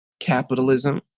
capitalism?